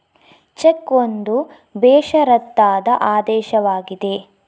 check ಒಂದು ಬೇಷರತ್ತಾದ ಆದೇಶವಾಗಿದೆ